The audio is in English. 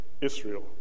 Israel